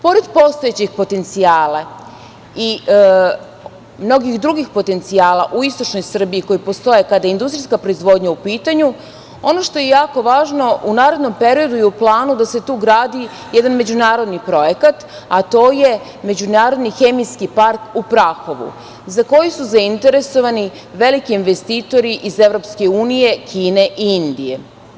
Pored postojećih potencijala i mnogih drugih potencijala u istočnoj Srbiji, koji postoje kada je industrijska proizvodnja u pitanju, ono što je jako važno je da se u narednom peridou tu gradi jedan međunarodni projekat, a to je međunarodni hemijski part u Prahovu, za koji su zainteresovani veliki investitori iz EU, Kine i Indije.